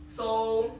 so